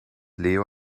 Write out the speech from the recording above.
leo